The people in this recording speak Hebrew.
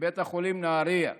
בבית החולים נהרייה,